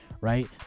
right